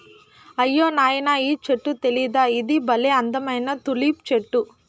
అయ్యో నాయనా ఈ చెట్టు తెలీదా ఇది బల్లే అందమైన తులిప్ చెట్టు